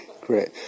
Great